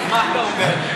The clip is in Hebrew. אז מה אתה אומר?